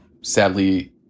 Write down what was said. sadly